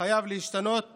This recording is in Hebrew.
חייב להשתנות מיידית.